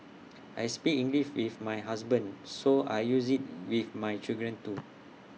I speak English with my husband so I use IT with my children too